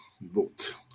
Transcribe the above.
vote